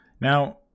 now